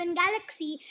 galaxy